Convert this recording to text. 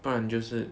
不然就是